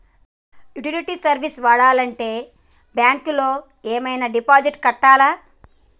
Utility service వాడాలంటే bank లో ఏమైనా డిపాజిట్ కట్టాలా?